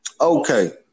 Okay